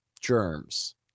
germs